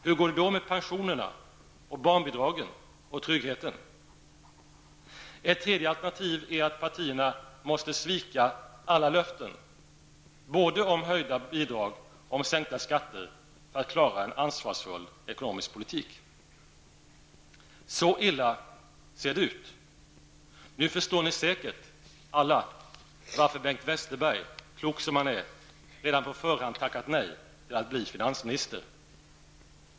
Hur går det då med pensionerna, barnbidragen och tryggheten? Ytterligare ett alternativ är att partierna måste svika alla löften, både om höjda bidrag och om sänkta skatter, för att klara en ansvarsfull ekonomisk politik. Så illa ser det ut. Nu förstår ni säkert alla varför Bengt Westerberg, klok som han är, redan på förhand har tackat nej till att bli finansminister.